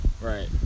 Right